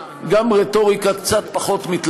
ופעם אחר פעם אחר פעם בוחרים בדרך מאוד מאוד נכונה.